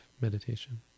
meditation